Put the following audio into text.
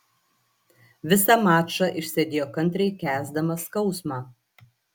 visą mačą išsėdėjo kantriai kęsdamas skausmą